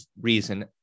reason